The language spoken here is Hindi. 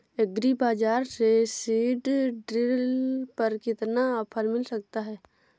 एग्री बाजार से सीडड्रिल पर कितना ऑफर मिल सकता है?